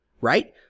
right